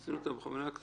זה שונה ממה שהוא אומר?